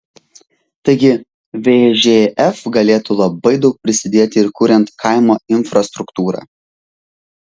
taigi vžf galėtų labai daug prisidėti ir kuriant kaimo infrastruktūrą